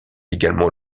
également